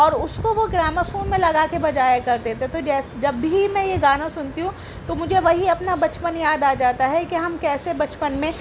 اور اس کو وہ گراموفون میں لگا کے بجایا کرتے تھے تو جیسے جب بھی میں یہ گانا سنتی ہوں تو مجھے وہی اپنا بچپن یاد آ جاتا ہے کہ ہم کیسے بچپن میں